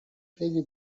خیلی